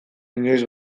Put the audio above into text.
inoiz